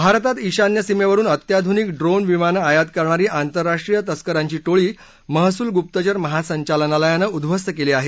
भारतात ईशान्य सीमेवरुन अत्याधुनिक ड्रोन विमानं आयात करणारी आंतरराष्ट्रीय तस्करांची टोळी महसूल गुप्तचर महासंचालनालयानं उद्ध्वस्त केली आहे